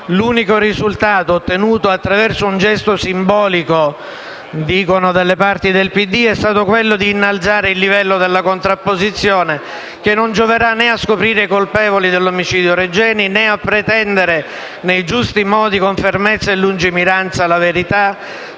L'unico risultato ottenuto, attraverso un gesto simbolico - dicono dalle parti del PD - è stato quello di innalzare il livello della contrapposizione, che non gioverà né a scoprire i colpevoli dell'omicidio Regeni, né a pretendere nei giusti modi, con fermezza e lungimiranza, la verità,